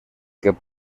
que